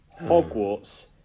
Hogwarts